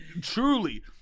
Truly